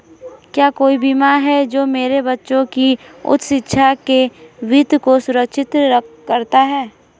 क्या कोई बीमा है जो मेरे बच्चों की उच्च शिक्षा के वित्त को सुरक्षित करता है?